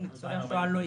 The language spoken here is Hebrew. עם ניצולי השואה לא הגיעו.